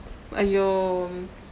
!aiyo!